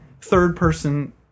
third-person